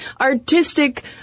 artistic